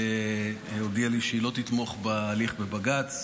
הודיעה לי שהיא לא תתמוך בהליך בבג"ץ,